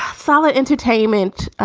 solid entertainment.